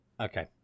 Okay